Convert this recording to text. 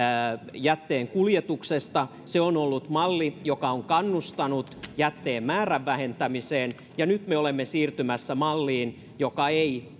jätteenkuljetuksesta se on ollut malli joka on kannustanut jätteen määrän vähentämiseen ja nyt me olemme siirtymässä malliin joka ei